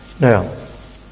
Now